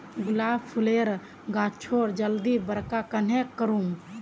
गुलाब फूलेर गाछोक जल्दी बड़का कन्हे करूम?